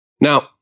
Now